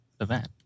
event